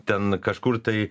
ten kažkur tai